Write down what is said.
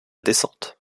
descente